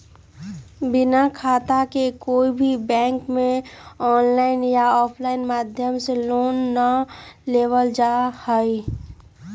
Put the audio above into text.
बिना खाता के कोई भी बैंक में आनलाइन या आफलाइन माध्यम से लोन ना लेबल जा सका हई